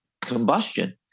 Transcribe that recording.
combustion